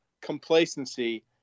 complacency